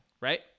right